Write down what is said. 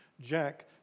Jack